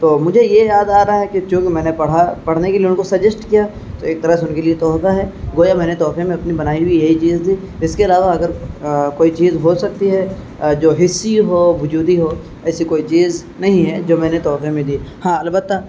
تو مجھے یہ یاد آ رہا ہے کہ چونکہ میں نے پڑھا پڑھنے کے لیے ان کو سجیسٹ کیا تو ایک طرح سے ان کے لیے تحفہ ہے گویا میں نے تحفے میں اپنی بنائی ہوئی یہی چیز دی اس کے علاوہ اگر کوئی چیز ہو سکتی ہے جو حسی ہو وجودی ہو ایسی کوئی چیز نہیں ہے جو میں نے تحفے میں دی ہاں البتہ